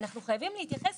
אנחנו חייבים להתייחס